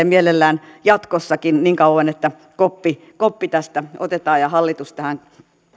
mielellään jatkossakin niin kauan että koppi koppi tästä otetaan ja hallitus tähän